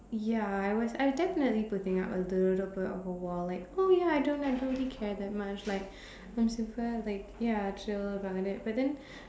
ya I was I was definitely putting up a little bit of a wall like oh ya I don't I don't really care that much like I'm super like ya chill about it but then